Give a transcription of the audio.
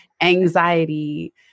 anxiety